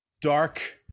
dark